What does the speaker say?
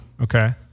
Okay